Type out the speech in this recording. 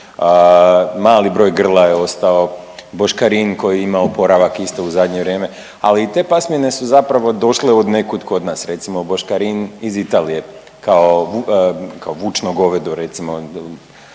mali broj grla je ostao, boškarin koji ima oporavak isto u zadnje vrijeme, ali i te pasmine su zapravo došle od nekud kod nas, recimo boškarin iz Italije, kao vučno govedo, recimo,